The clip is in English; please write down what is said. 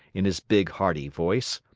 in his big, hearty voice.